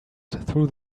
through